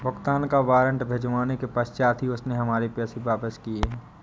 भुगतान का वारंट भिजवाने के पश्चात ही उसने हमारे पैसे वापिस किया हैं